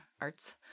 arts